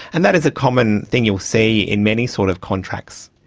and that is a common thing you'll see in many sort of contracts.